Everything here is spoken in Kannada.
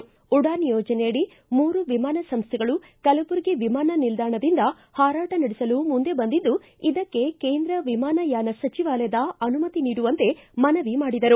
ಉಡಾನ್ ಯೋಜನೆಯಡಿ ಮೂರು ವಿಮಾನ ಸಂಸ್ಥೆಗಳು ಕಲಬುರಗಿ ವಿಮಾನ ನಿಲ್ಲಾಣದಿಂದ ಹಾರಾಟ ನಡೆಸಲು ಮುಂದೆ ಬಂದಿದ್ದು ಇದಕ್ಕೆ ಕೇಂದ್ರ ವಿಮಾನಯಾನ ಸಚಿವಾಲಯದ ಅನುಮತಿ ನೀಡುವಂತೆ ಮನವಿ ಮಾಡಿದರು